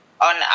on